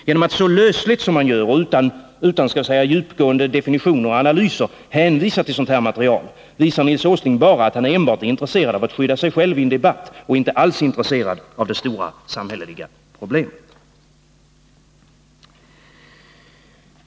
Genom att så lösligt, och utan djupgående definitioner och analyser, hänvisa till sådant material visar Nils Åsling bara att han enbart är intresserad av att skydda sig själv i en debatt och att han inte alls är intresserad av de stora samhälleliga problemen.